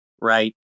right